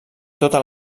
totes